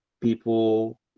people